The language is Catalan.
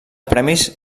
premis